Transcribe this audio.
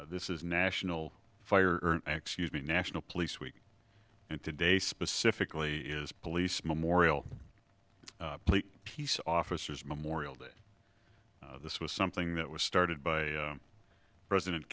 this is national fire excuse me national police week and today specifically is police memorial plate peace officers memorial day this was something that was started by president